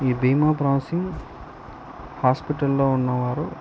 ఈ బీమా ప్రాససింగ్ హాస్పిటల్లో ఉన్నవారు